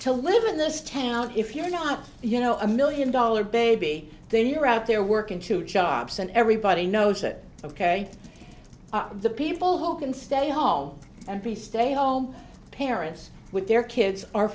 to live in this town if you're not you know a million dollar baby then you're out there working two jobs and everybody knows it ok the people who can stay home and be stay home parents with their kids are